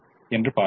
என்று பார்ப்போம்